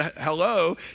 hello